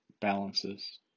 balances